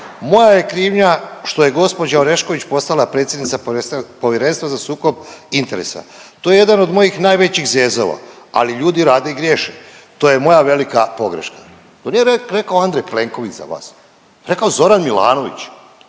moja je krivnja što je gospođa Orešković postala predsjednica Povjerenstva za sukob interesa. To je jedan od mojih najvećih zezova, ali ljudi rade i griješe. To je moja velika pogreška. To nije rekao Andrej Plenković, to je rekao Zoran Milanović